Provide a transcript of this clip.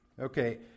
Okay